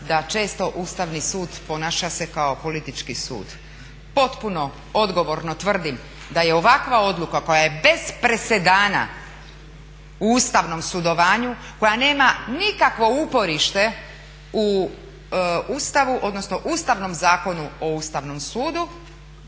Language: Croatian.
da često Ustavni sud ponaša se kao politički sud. Potpuno odgovorno tvrdim da je ovakva odluka koja je bez presedana u ustavnom sudovanju, koja nema nikakvo uporište u Ustavu, odnosno Ustavnom zakonu o Ustavnom sudu,